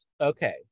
okay